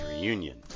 reunion